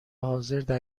حاضردر